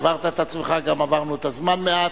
הבהרת את עצמך, גם עברנו את הזמן מעט.